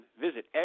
Visit